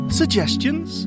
suggestions